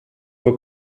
for